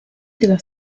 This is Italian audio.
della